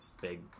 big